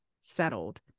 settled